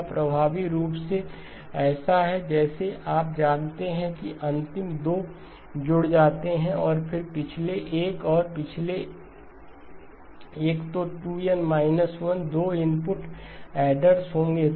यह प्रभावी रूप से ऐसा है जैसे आप जानते हैं कि अंतिम 2 जुड़ जाते हैं और फिर पिछले 1 और पिछले 1 तो 2N 1 2 इनपुट ऐडरस होंगे